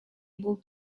able